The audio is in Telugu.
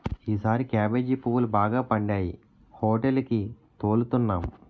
ఈసారి కేబేజీ పువ్వులు బాగా పండాయి హోటేలికి తోలుతన్నాం